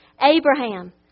Abraham